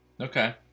Okay